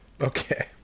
Okay